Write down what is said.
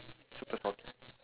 super salty